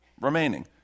remaining